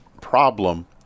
problem